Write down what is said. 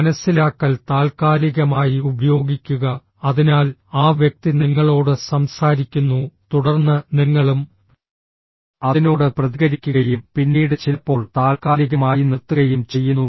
മനസിലാക്കൽ താൽക്കാലികമായി ഉപയോഗിക്കുക അതിനാൽ ആ വ്യക്തി നിങ്ങളോട് സംസാരിക്കുന്നു തുടർന്ന് നിങ്ങളും അതിനോട് പ്രതികരിക്കുകയും പിന്നീട് ചിലപ്പോൾ താൽക്കാലികമായി നിർത്തുകയും ചെയ്യുന്നു